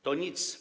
To nic.